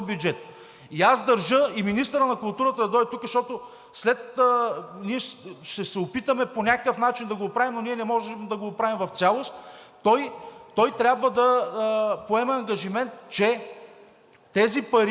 Аз държа и министърът на културата да дойде тук, защото ние ще се опитаме по някакъв начин да го оправим, но ние не може да го оправим в цялост. Той трябва да поеме ангажимент, че тези пари